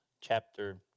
chapter